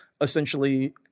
essentially